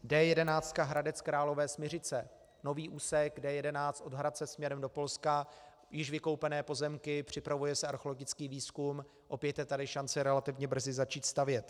D11, Hradec Králové Smiřice, nový úsek D11 od Hradce směrem do Polska, již vykoupené pozemky, připravuje se archeologický výzkum, opět je tady šance relativně brzy začít stavět.